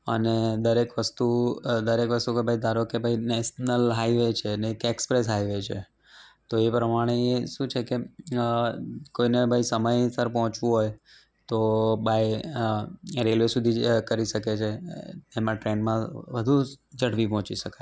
અને દરેક વસ્તુ દરેક વસ્તુ કે ભાઈ ધારો કે ભાઈ નેશનલ હાઇવે છે ને એક એક્સ્પ્રેસ હાઇવે છે તો એ પ્રમાણે શું છે કે કોઈને ભાઈ સમયસર પહોંચવું હોય તો બાય રેલવે સુધી જ કરી શકે છે એમાં ટ્રેનમાં વધુ ઝડપી પહોંચી શકાય